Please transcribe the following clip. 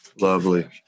Lovely